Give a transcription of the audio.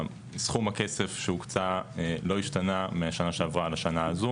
סכום הכסף שהוקצה לא השתנה מהשנה שעברה לשנה הזו.